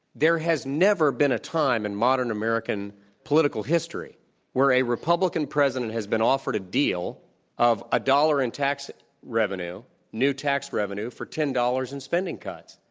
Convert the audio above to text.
there has never been a time in modern american political history where a republican president has been offered a deal of a dollar in tax revenue new tax revenue for ten dollars in spending cuts,